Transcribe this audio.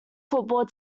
football